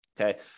Okay